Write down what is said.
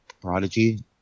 prodigy